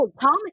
tom